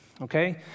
okay